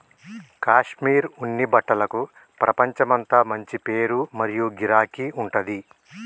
కాశ్మీర్ ఉన్ని బట్టలకు ప్రపంచమంతా మంచి పేరు మరియు గిరాకీ ఉంటది